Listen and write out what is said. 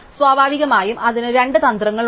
സ്വാഭാവികമായും അതിനു രണ്ട് തന്ത്രങ്ങളുണ്ട്